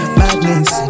madness